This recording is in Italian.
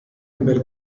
bel